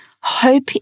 hope